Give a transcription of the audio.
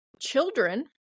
Children